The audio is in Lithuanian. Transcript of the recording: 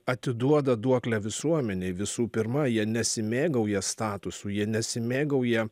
atiduoda duoklę visuomenei visų pirma jie nesimėgauja statusu jie nesimėgauja